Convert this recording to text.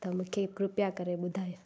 तव्हां मूंखे कृपा करे ॿुधायो